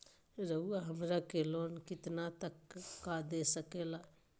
रउरा हमरा के लोन कितना तक का दे सकेला?